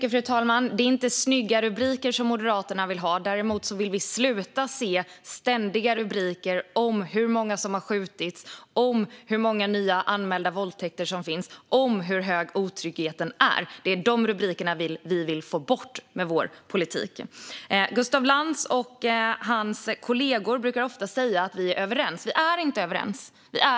Fru talman! Det är inte snygga rubriker Moderaterna vill ha. Däremot vill vi inte se fler rubriker om hur många som har skjutits, om nya anmälda våldtäkter och om hur stor otryggheten är. Det är de rubrikerna vi vill få bort med vår politik. Gustaf Lantz och hans kollegor brukar ofta säga att vi är överens. Vi är inte överens!